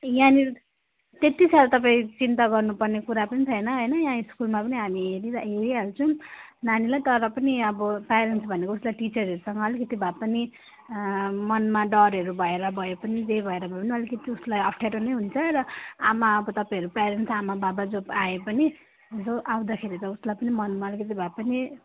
यहाँनिर त्यतिसाह्रो तपाईँ चिन्ता गर्नुपर्ने कुरा पनि छैन होइन यहाँ स्कुलमा पनि हामी हेरि र हेरिहाल्छौँ नानीलाई तर पनि अब पेरेन्ट्स भनेको उसलाई टिचरहरूसँग अलिकति भए पनि मनमा डरहरू भएर भए पनि जे भएर भए पनि अलिकति उसलाई पेरेन्ट्स आमाबाबा जो आए पनि यसो आउँदाखेरि त उसलाई पनि मनमा अलिकति भए पनि